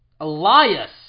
Elias